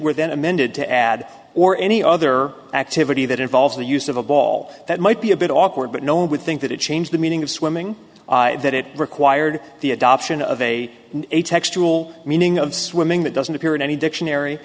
were then amended to add or any other activity that involves the use of a ball that might be a bit awkward but no one would think that it changed the meaning of swimming that it required the adoption of a textual meaning of swimming that doesn't appear in any dictionary